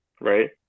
right